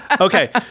Okay